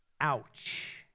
Ouch